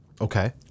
Okay